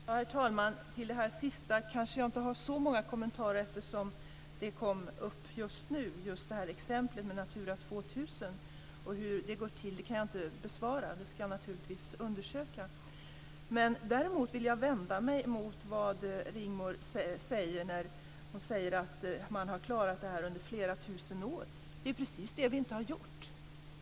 Herr talman! Till det senaste har jag inte så många kommentarer eftersom exemplet med Natura 2000 och hur det går till kom upp just nu. Det kan jag inte besvara, men jag ska naturligtvis undersöka saken. Däremot vill jag vända mig emot det som Rigmor Stenmark säger om att man klarat detta i flera tusen år. Det är precis det vi inte har gjort!